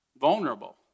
Vulnerable